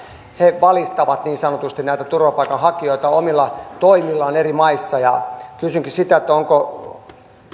he niin sanotusti valistavat näitä turvapaikanhakijoita omilla toimillaan eri maissa kysynkin ovatko